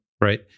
Right